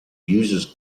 users